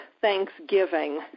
Thanksgiving